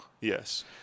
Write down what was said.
yes